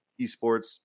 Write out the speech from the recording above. esports